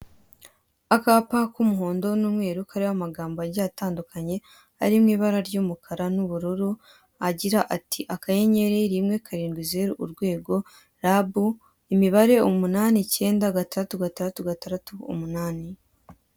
Akapa k'umuhondo n'umweru kariho amagambo atandukanye, ari mu ibara ry'umkara n'ubururu, agira ati " akanyenyeri rimwe karindwi zeru urwego, Rabu imibare umunani icyenda, gatandatu, gatandatu, gatandatu, umunani.